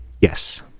Yes